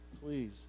Please